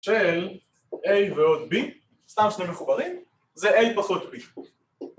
‫של A ועוד B, סתם שני מחוברים, ‫זה A פחות B.